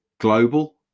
global